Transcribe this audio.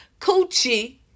coochie